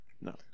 No